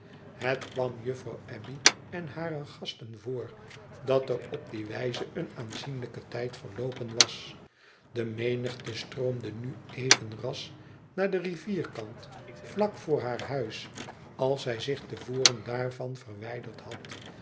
het kwam juffrouw abbey en hare gasten voor dat erop die wijze een aanzienlijke tijd verloopen was de menigte stroomde nu even ras naar den rivierkant vlak voor haar huis als zij zich te voren daarvan verwijderd had